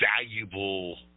valuable